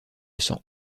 sent